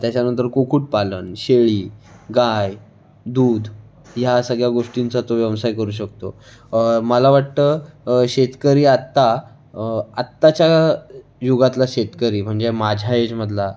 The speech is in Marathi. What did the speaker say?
त्याच्यानंतर कुकुटपालन शेळी गाय दूध या सगळ्या गोष्टींचा तो व्यवसाय करू शकतो मला वाटतं शेतकरी आत्ता आत्ताच्या युगातला शेतकरी म्हणजे माझ्या एजमधला